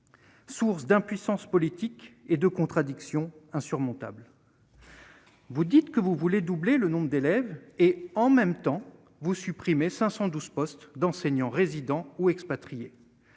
Source d'impuissance politique et de contradictions insurmontables. Vous dites que vous voulez doubler le nombre d'élèves et en même temps vous supprimez 512 postes d'enseignants, résidents ou expatriés